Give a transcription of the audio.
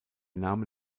name